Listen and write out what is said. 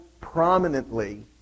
prominently